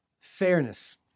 fairness